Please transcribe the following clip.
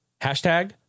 hashtag